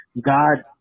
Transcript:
God